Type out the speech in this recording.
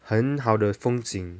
很好的风景